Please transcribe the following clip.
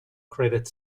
credit